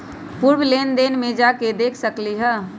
पूर्व लेन देन में जाके देखसकली ह?